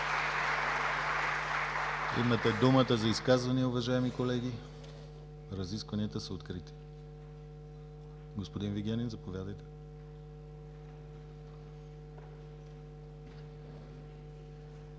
Имате думата за изказвания, уважаеми колеги. Разискванията са открити. Господин Вигенин заповядайте.